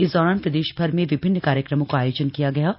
इस दौरान प्रदेशभर में विभिन्न कार्यक्रमों का आयोजन किया जाएगा